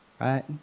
right